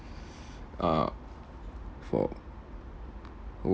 uh for